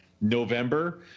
November